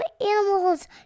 animals